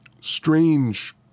strange